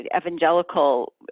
evangelical